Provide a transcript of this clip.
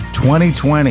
2020